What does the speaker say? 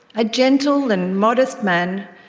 a gentle and modest man,